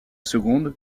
seconde